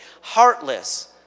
heartless